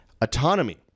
autonomy